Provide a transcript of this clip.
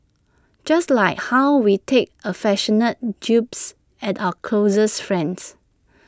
just like how we take affectionate jibes at our closest friends